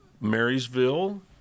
Marysville